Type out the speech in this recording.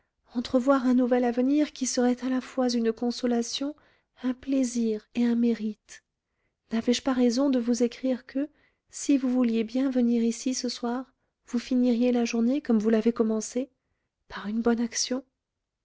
entrevoir un nouvel avenir qui serait à la fois une consolation un plaisir et un mérite n'avais-je pas raison de vous écrire que si vous vouliez bien venir ici ce soir vous finiriez la journée comme vous l'avez commencée par une bonne action